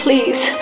Please